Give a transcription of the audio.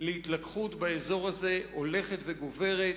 להתלקחות באזור הזה הולכת וגוברת,